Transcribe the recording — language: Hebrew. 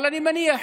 אבל אני מניח,